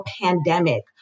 pandemic